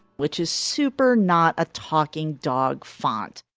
which is super not a talking dog font.